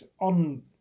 on